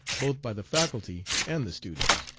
both by the faculty and the students,